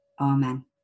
Amen